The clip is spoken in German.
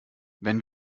wenn